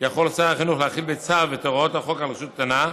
יכול שר החינוך להחיל בצו את הוראות החוק על רשות קטנה,